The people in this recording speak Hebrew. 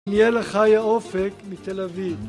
נהיה לך חיה אופק מתל אביב